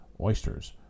oysters